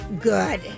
good